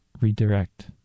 Redirect